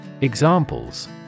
Examples